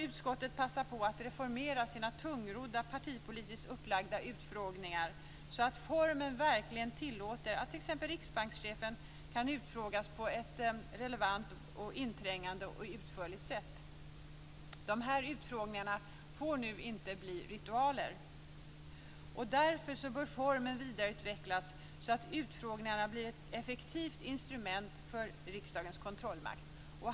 Utskottet bör passa på att reformera sina tungrodda partipolitiskt upplagda utfrågningar så att formen verkligen tillåter att t.ex. riksbankschefen kan utfrågas på ett relevant, inträngande och utförligt sätt. Utfrågningarna får inte bli ritualer. Därför bör formen vidareutvecklas, så att utfrågningarna blir ett effektivt instrument för riksdagens kontrollmakt.